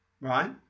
right